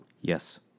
Yes